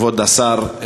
כבוד השר,